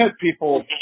people